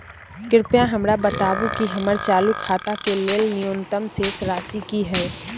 कृपया हमरा बताबू कि हमर चालू खाता के लेल न्यूनतम शेष राशि की हय